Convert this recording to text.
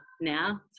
now